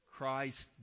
Christ